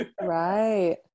Right